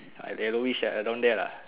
uh yellowish ah around there lah